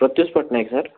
Pratyush Pattanayak sir